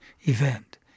event